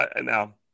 now